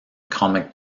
comic